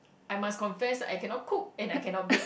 I must confess I cannot cook and I cannot bake